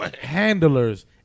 handlers